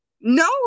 No